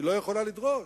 היא לא יכולה לדרוש,